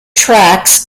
tracks